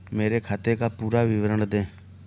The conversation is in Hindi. मेरे खाते का पुरा विवरण दे?